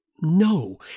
No